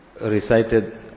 Recited